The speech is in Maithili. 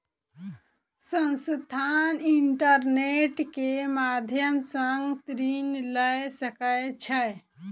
संस्थान, इंटरनेट के माध्यम सॅ ऋण लय सकै छै